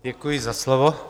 Děkuji za slovo.